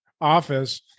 office